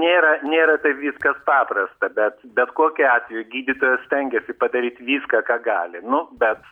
nėra nėra taip viskas paprasta bet bet kokiu atveju gydytojas stengiasi padaryt viską ką gali nu bet